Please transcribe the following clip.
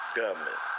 government